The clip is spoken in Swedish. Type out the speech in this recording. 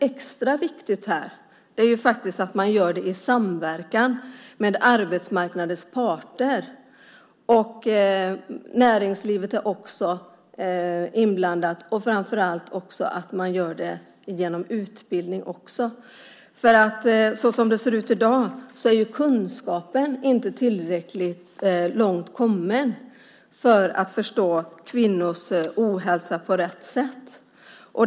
Extra viktigt här är att man gör det i samverkan med arbetsmarknadens parter - näringslivet är också inblandat - och framför allt att man även gör det genom utbildning. Såsom det ser ut i dag är kunskapen inte tillräckligt långt kommen för att kunna förstå kvinnors ohälsa på rätt sätt.